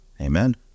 Amen